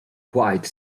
quite